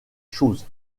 choses